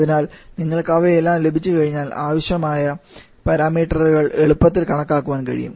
അതിനാൽ നിങ്ങൾക്കവയെല്ലാം ലഭിച്ചുകഴിഞ്ഞാൽ ആവശ്യമായ പാരാമീറ്ററുകൾ എളുപ്പത്തിൽ കണക്കാക്കാൻ കഴിയും